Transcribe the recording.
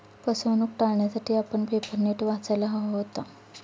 फसवणूक टाळण्यासाठी आपण पेपर नीट वाचायला हवा होता